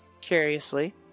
curiously